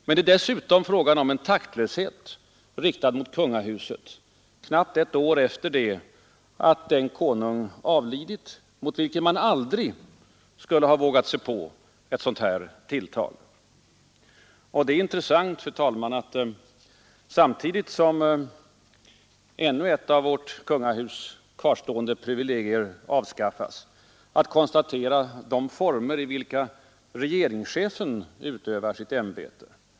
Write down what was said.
Men det är dessutom fråga om en taktlöshet riktad mot kungahuset, knappt ett år efter det att den konung avlidit mot vilken man aldrig skulle ha vågat sig på ett sådant här tilltag. Det är intressant, fru talman, att samtidigt som ännu ett av vårt kungahus kvarstående privilegier avskaffas konstatera de former i vilka regeringschefen utövar sitt ämbete.